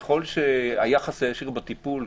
ככל שהיחס הישיר בטיפול,